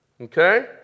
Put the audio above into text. okay